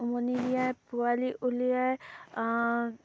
উমনি দিয়াই পোৱালি উলিয়াই